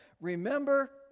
remember